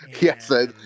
Yes